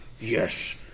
yes